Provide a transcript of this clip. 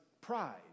pride